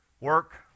work